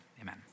amen